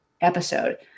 episode